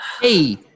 Hey